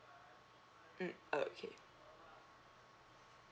mm okay